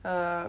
err